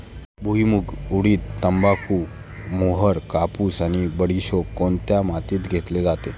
भुईमूग, उडीद, तंबाखू, मोहरी, कापूस आणि बडीशेप कोणत्या मातीत घेतली जाते?